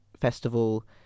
festival